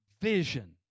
vision